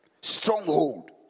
stronghold